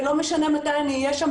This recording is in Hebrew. ולא משנה מתי אני אהיה שם,